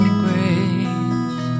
grace